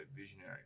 visionary